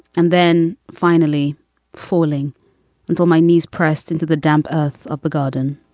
and then finally falling until my knees pressed into the damp us of the garden